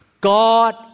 God